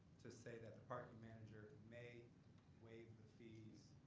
to say that the parking manager may waive the fees